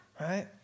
Right